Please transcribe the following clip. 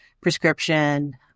prescription